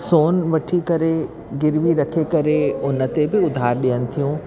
सोनु वठी करे गिरवी रखे करे उन ते बि उधार ॾियनि थियूं